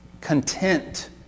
content